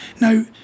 Now